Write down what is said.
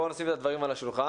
בואו נשים את הדברים על השולחן,